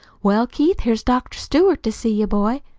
well, keith, here's dr. stewart to see you boy.